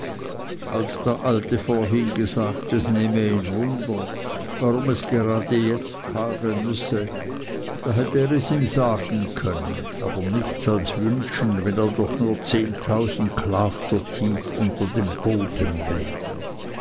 als der alte vorhin gesagt es nehme ihn wunder warum es gerade jetzt hageln müsse da hätte er es ihm sagen können aber nichts als wünschen wenn er doch nur zehntausend klafter tief unter dem boden wäre